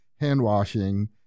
hand-washing